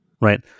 right